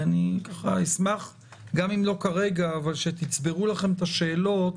גם אם לא כרגע, תצברו לכם את השאלות,